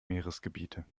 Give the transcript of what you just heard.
meeresgebiete